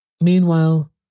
Meanwhile